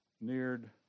neared